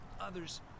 others